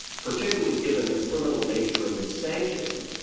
particularly given the criminal nature of its sanctions,